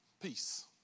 Peace